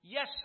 Yes